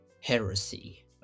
heresy